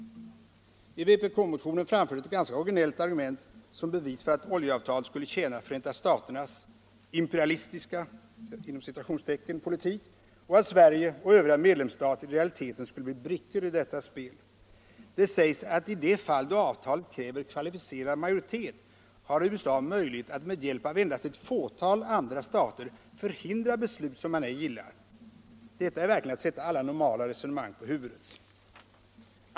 I vpk-motionen framförs ett ganska originellt argument som bevis för att oljeavtalet skulle tjäna Förenta staternas ”imperialistiska” politik och att Sverige och övriga medlemsstater i realiteten skulle bli brickor i detta spel. Det sägs att i de fall där avtalet kräver kvalificerad majoritet har USA möjlighet att med hjälp av endast ett fåtal andra stater förhindra ett beslut som man ej gillar. Detta är verkligen att ställa alla normala resonemang på huvudet.